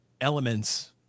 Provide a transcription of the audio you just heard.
elements